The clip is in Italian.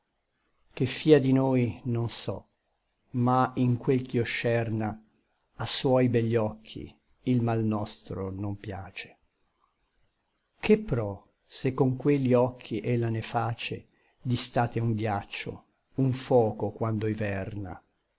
che fia di noi non so ma in quel ch'io scerna a suoi begli occhi il mal nostro non piace che pro se con quelli occhi ella ne face di state un ghiaccio un foco quando inverna